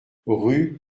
rue